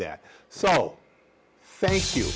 that so thank you